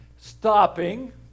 stopping